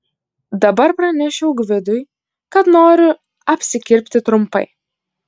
dabar pranešiau gvidui kad noriu apsikirpti trumpai